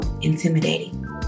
intimidating